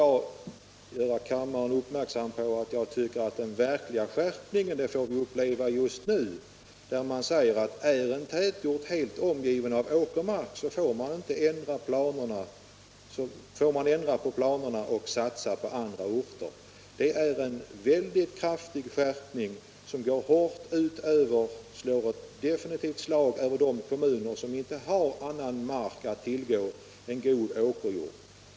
Jag vill göra kammaren uppmärksam på att det är just nu som man får uppleva den verkliga skärpningen, nämligen i uttalandet om att man, om en tätort är helt omgiven av åkermark, får ändra på planerna och satsa på andra orter. Det är en mycket kraftig skärpning, som definitivt slår hårt mot de kommuner som inte har annan mark att tillgå än god åkerjord.